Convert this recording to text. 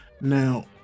Now